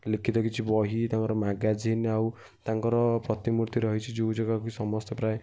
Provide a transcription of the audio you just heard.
ଲିଖିତ କିଛି ବହି ତାଙ୍କର ମାଗାଜିନ୍ ଆଉ ତାଙ୍କର ପ୍ରତିମୂର୍ତ୍ତି ରହିଛି ଯେଉଁ ଜାଗାକି ସମସ୍ତେ ପ୍ରାୟେ